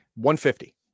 150